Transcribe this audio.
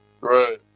Right